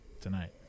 tonight